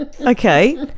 okay